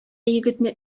егетне